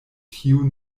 tiu